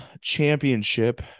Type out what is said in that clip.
Championship